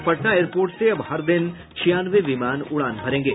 और Patna airport से अब हर दिन छियानवे विमान उड़ान भरेंगे